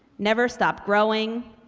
never stop growing,